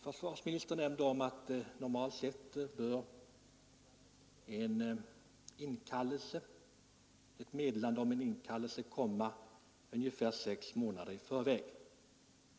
Försvarsministern nämnde att normalt bör ett meddelande om en inkallelse komma ungefär sex månader i förväg.